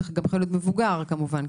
וזה יכול להיות גם מבוגר כמובן,